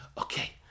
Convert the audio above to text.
okay